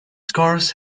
cars